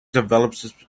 developed